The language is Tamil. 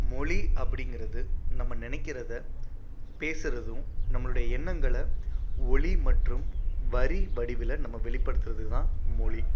மொழி அப்படிங்குறது நம்ம நினைக்கிறதை பேசுகிறதும் நம்மளோடய எண்ணங்களை ஒலி மற்றும் வரி வடிவில் நம்ம வெளிப்படுத்துறது தான் மொழி